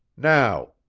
now,